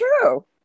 true